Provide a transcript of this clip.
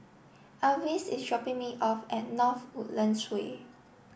Alvis is dropping me off at North Woodlands Way